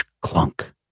clunk